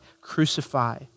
crucify